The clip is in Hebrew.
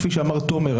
כפי שאמר תומר.